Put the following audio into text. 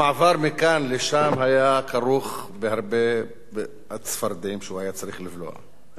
המעבר מכאן לשם היה כרוך בהרבה צפרדעים שהוא היה צריך לבלוע.